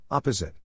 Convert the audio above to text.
Opposite